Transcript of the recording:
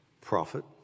prophet